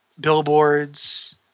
Billboards